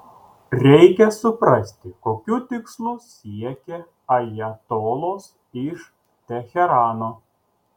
reikia suprasti kokių tikslų siekia ajatolos iš teherano